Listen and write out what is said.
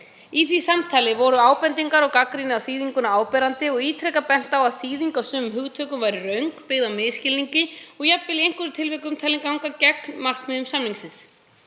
Í því samtali voru ábendingar og gagnrýni á þýðinguna áberandi og ítrekað bent á að þýðing á sumum hugtökum væri röng, byggð á misskilningi og jafnvel í einhverjum tilvikum talin ganga gegn markmiðum samningsins.